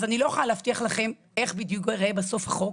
אז אני לא יכולה להבטיח לכם איך בדיוק יראה בסוף החוק,